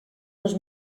dos